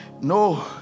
no